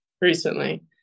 recently